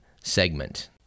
segment